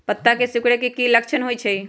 पत्ता के सिकुड़े के की लक्षण होइ छइ?